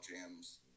jams